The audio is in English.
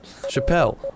Chappelle